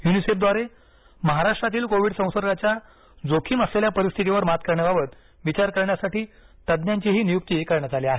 युनिसेफद्वारे महाराष्ट्रांतील कोविड संसर्गाच्या जोखिम असलेल्या परिस्थितीवर मात करण्याबाबत विचार करण्यासाठी तज्ञांची नियुक्ती करण्यात आली आहे